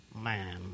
man